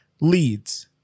leads